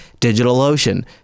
DigitalOcean